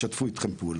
ישתפו איתכם פעולה.